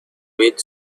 read